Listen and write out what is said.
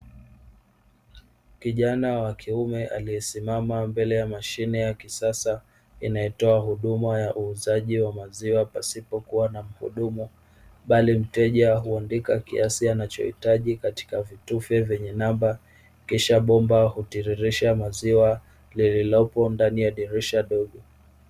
Kijana wa kiume aliyesimama mbele ya mashine ya kisasa inayotoa huduma ya uuzaji wa maziwa, pasipokuwa na muhudumu bali mteja huandika kiasi anachohitaji katika vitufe vyenye namba kIsha bomba hutiririsha maziwa lililopo ndani ya dirisha dogo.